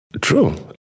True